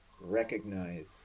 recognize